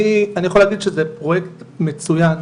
אני יכול להגיד שזה פרויקט מצוין.